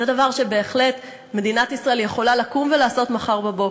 זה דבר שבהחלט מדינת ישראל יכולה לקום ולעשות מחר בבוקר.